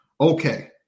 okay